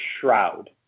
shroud